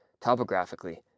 topographically